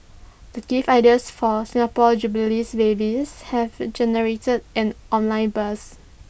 the gift ideas for Singapore jubilee babies have generated an online buzz